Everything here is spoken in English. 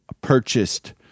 purchased